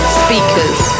speakers